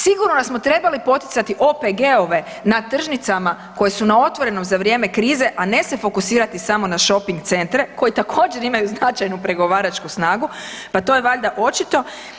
Sigurno da smo trebali poticati OPG-ove na tržnicama koje su na otvorenom za vrijeme krize, a ne se fokusirati samo na shopping centre koji također imaju značajnu pregovaračku snagu, pa to je valjda očito.